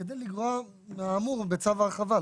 כדי לגרוע מהאמור בצו ההרחבה.